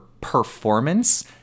performance